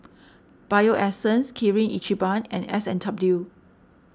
Bio Essence Kirin Ichiban and S and W